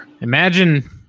imagine